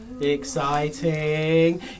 exciting